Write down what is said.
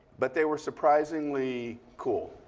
but they were surprisingly cool.